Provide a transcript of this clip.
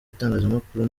itangazamakuru